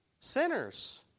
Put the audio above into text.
Sinners